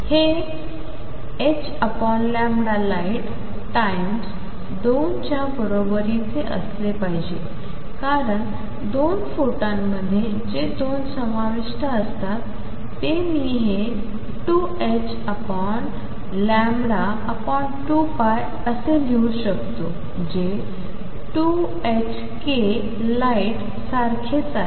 आणि हे H λ light times दोन च्या बरोबरीचे असले पाहिजे कारण दोन फोटॉनमध्ये जे दोन समाविष्ट असतात ते मी हे 2ℏ λ 2π लिहू शकतो जे 2ℏk लाईट सारखेच आहे